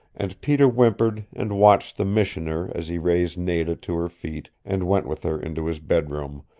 and peter whimpered and watched the missioner as he raised nada to her feet and went with her into his bedroom,